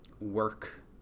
work